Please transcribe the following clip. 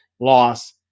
loss